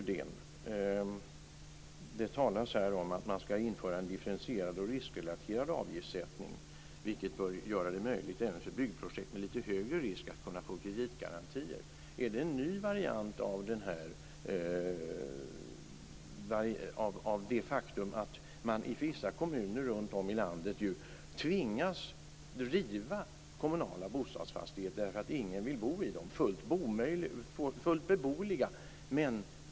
Det talas om att man ska införa en differentierad och riskrelaterad avgiftssättning, vilket bör göra det möjligt även för byggprojekt med lite högre risk att få kreditgarantier. I vissa kommuner runtom i landet tvingas man riva fullt beboeliga kommunala fastigheter, därför att ingen vill bo i dem. Är detta en ny variant av det?